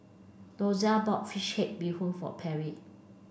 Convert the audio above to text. Dozier bought fish head Bee Hoon for Perri